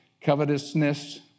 covetousness